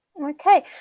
Okay